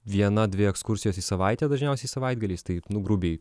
viena dvi ekskursijos į savaitę dažniausiai savaitgaliais tai nu grubiai